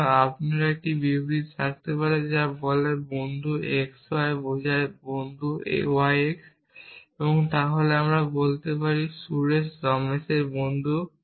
সুতরাং আপনার একটি বিবৃতি থাকতে পারে যা বলে বন্ধু x y বোঝায় বন্ধু y x তাহলে আমি বলতে পারি সুরেশ রমেশের বন্ধু